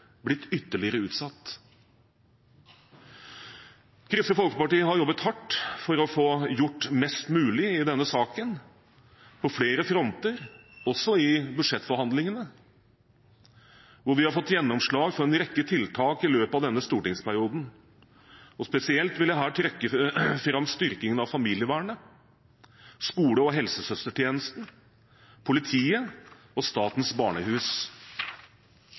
blitt ytterligere utsatt. Kristelig Folkeparti har jobbet hardt for å få gjort mest mulig i denne saken – på flere fronter, også i budsjettforhandlingene, hvor vi har fått gjennomslag for en rekke tiltak i løpet av denne stortingsperioden. Spesielt vil jeg her trekke fram styrkingen av familievernet, skole- og helsesøstertjenesten, politiet og Statens barnehus.